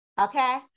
Okay